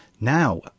Now